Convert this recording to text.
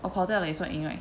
我跑掉了也算赢 right